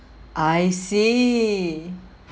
I see